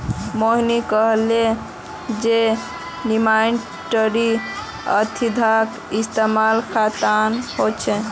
मोहिनी कहले जे नेमाटीसाइडेर अत्यधिक इस्तमाल खतरनाक ह छेक